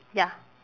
ya